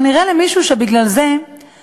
אבל האם נראה למישהו שבגלל זה מישהו